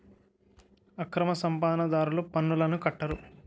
అక్రమ సంపాదన దారులు పన్నులను కట్టరు